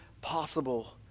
possible